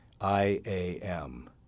I-A-M